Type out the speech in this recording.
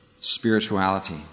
spirituality